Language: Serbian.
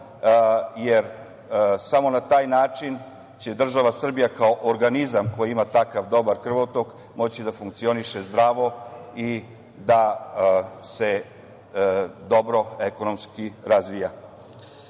jer samo na taj način će država Srbija kao organizam koji ima takav dobar krvotok moći da funkcioniše zdravo i da se dobro ekonomski razvija. Što